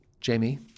Jamie